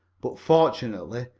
but, fortunately,